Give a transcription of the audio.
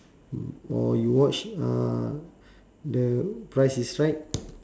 or you watch uh the price is right